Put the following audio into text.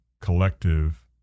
collective